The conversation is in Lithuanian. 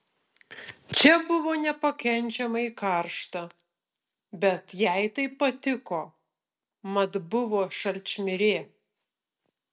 čia buvo nepakenčiamai karšta bet jai tai patiko mat buvo šalčmirė